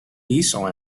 diesel